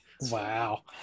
Wow